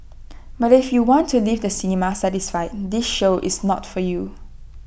but if you want to leave the cinema satisfied this show is not for you